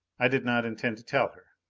i did not intend to tell her.